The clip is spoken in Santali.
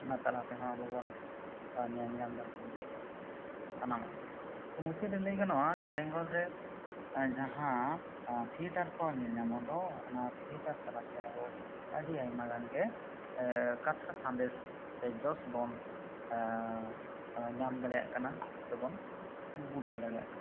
ᱚᱱᱟ ᱛᱟᱞᱟ ᱛᱮᱦᱚᱸ ᱟᱵᱚ ᱵᱚᱱ ᱧᱮᱞ ᱧᱟᱢ ᱮᱫᱟ ᱥᱟᱱᱟᱢᱟᱜ ᱜᱮ ᱛᱚ ᱢᱩᱪᱟᱹᱫ ᱨᱮ ᱞᱟᱹᱭ ᱜᱟᱱᱚᱜᱼᱟ ᱢᱮ ᱵᱮᱝᱜᱚᱞ ᱨᱮ ᱡᱟᱦᱟᱸ ᱛᱷᱤᱭᱮᱴᱟᱨ ᱠᱚ ᱧᱮᱞ ᱧᱟᱢᱚᱜ ᱫᱚ ᱚᱱᱟ ᱛᱷᱤᱭᱮᱴᱟᱨ ᱛᱟᱞᱟᱛᱮ ᱟᱵᱚ ᱟᱹᱰᱤ ᱟᱭᱢᱟ ᱜᱟᱱ ᱜᱮ ᱠᱟᱛᱷᱟ ᱥᱟᱸᱫᱮᱥ ᱥᱮ ᱡᱚᱥ ᱵᱚᱱ ᱧᱟᱢ ᱫᱟᱲᱮᱭᱟᱜ ᱠᱟᱱᱟ ᱥᱮ ᱵᱚᱱ ᱵᱩᱴᱟᱹ ᱫᱟᱲᱮᱭᱟᱜ ᱠᱟᱱᱟ